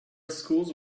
school’s